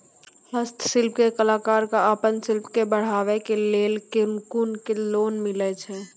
हस्तशिल्प के कलाकार कऽ आपन शिल्प के बढ़ावे के लेल कुन लोन मिलै छै?